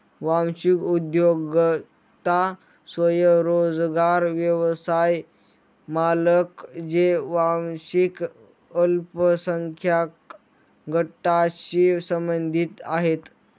वांशिक उद्योजकता स्वयंरोजगार व्यवसाय मालक जे वांशिक अल्पसंख्याक गटांशी संबंधित आहेत